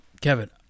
Kevin